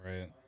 Right